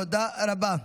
תודה רבה.